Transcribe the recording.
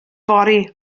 fory